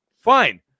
Fine